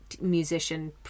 musician